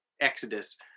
Exodus